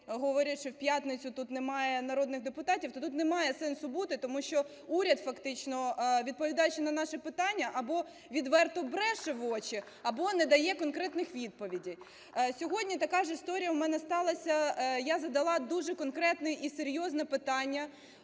говорять, що у п'ятницю тут немає народних депутатів, то тут немає сенсу бути, тому що уряд фактично, відповідаючи на наше питання, або відверто бреше в очі, або не дає конкретних відповідей. Сьогодні така ж історія у мене сталася. Я задала дуже конкретне і серйозне питання.